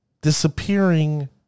disappearing